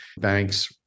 banks